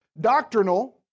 Doctrinal